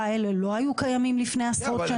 האלה לא היו קיימים לפני עשרות שנים?